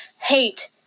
hate